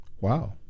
wow